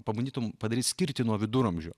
pabandytum padaryt skirtį nuo viduramžių